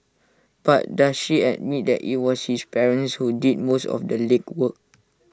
but does she admit that IT was his parents who did most of the legwork